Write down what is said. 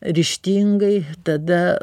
ryžtingai tada